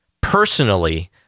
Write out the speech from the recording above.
Personally